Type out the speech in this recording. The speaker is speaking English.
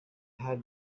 had